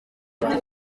afite